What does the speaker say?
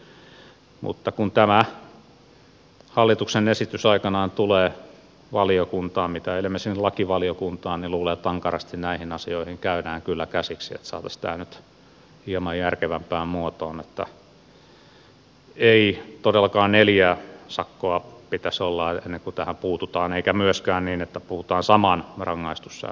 mutta kun tämä hallituksen esitys aikanaan tulee valiokuntaan mitä ilmeisimmin lakivaliokuntaan niin luulen että näihin asioihin käydään kyllä ankarasti käsiksi että saataisiin tämä nyt hieman järkevämpään muotoon että ei todellakaan neljää sakkoa pitäisi olla ennen kuin tähän puututaan eikä myöskään niin että puhutaan saman rangaistussäännöksen rikkomisesta